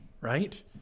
right